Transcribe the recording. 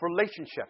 relationship